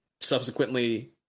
Subsequently